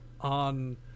on